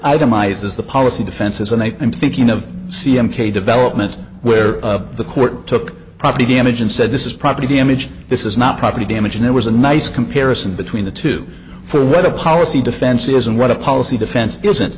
itemizes the policy defenses and they i'm thinking of c m k development where the court took property damage and said this is property damage this is not property damage and there was a nice comparison between the two for what the policy defense is and what a policy defense isn't